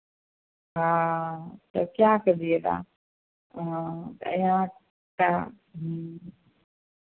हाँ तो क्या करिएगा हाँ तो यहाँ का